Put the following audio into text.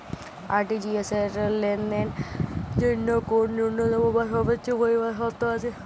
RTGS লেনদেনের জন্য কোন ন্যূনতম বা সর্বোচ্চ পরিমাণ শর্ত আছে?